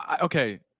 okay